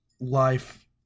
life